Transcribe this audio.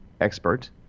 expert